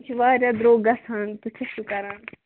یہِ چھُ واریاہ درٛۅگ گژھان تُہۍ کیٛاہ چھِو کران